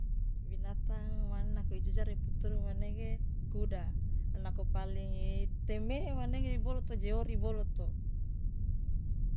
Binatang man nako ijojara iputurungu manege kuda lo nako paling itemehe manege boloto je ori boloto.